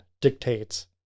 dictates